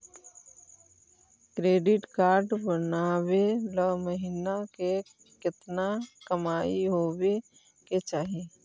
Credit card बनबाबे ल महीना के केतना कमाइ होबे के चाही?